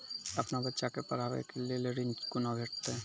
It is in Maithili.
अपन बच्चा के पढाबै के लेल ऋण कुना भेंटते?